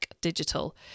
Digital